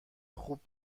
خوب